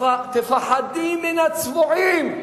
תפחדי מן הצבועים.